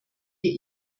hier